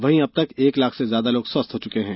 वहीं अब तक एक लाख से ज्यादा लोग स्वस्थ हो चूके हैं